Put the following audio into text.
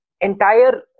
entire